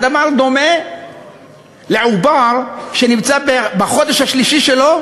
הדבר דומה לעובר שנמצא בחודש השלישי שלו,